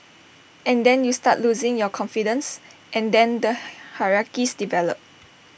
and then you start losing your confidence and then the hierarchies develop